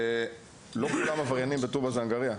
אבל לא כולם עבריינים בטובא זנגריה,